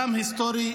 גם היסטורי,